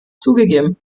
zugegeben